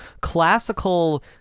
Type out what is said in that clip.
classical